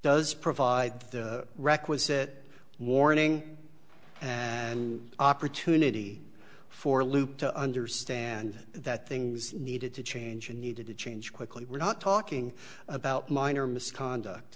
does provide the requisite warning and opportunity for loop to understand that things needed to change and needed to change quickly we're not talking about minor misconduct